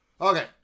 Okay